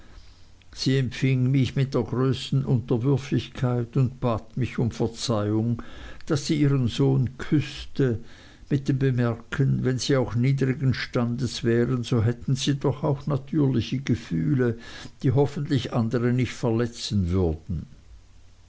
sie empfing mich mit der größten unterwürfigkeit und bat mich um verzeihung daß sie ihren sohn küßte mit dem bemerken wenn sie auch niedrigen standes wären so hätten sie doch auch natürliche gefühle die hoffentlich andre nicht verletzen würden